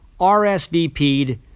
RSVP'd